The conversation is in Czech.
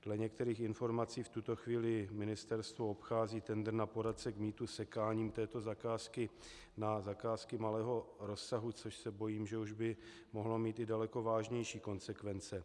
Dle některých informací v tuto chvíli ministerstvo obchází tendr na poradce k mýtu sekáním této zakázky na zakázky malého rozsahu, což se bojím, že už by mohlo mít i daleko vážnější konsekvence.